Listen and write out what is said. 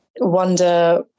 wonder